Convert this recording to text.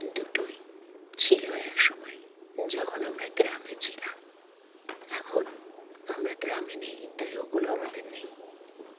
দুটোই ছিল এক সময় যখন আমরা গ্রামে ছিলাম এখন আমরা গ্রামে নেই তাই ওগুলো আমাদের নেই